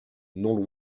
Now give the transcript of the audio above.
non